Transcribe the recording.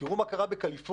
תראו מה קרה בקליפורניה,